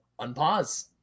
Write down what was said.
unpause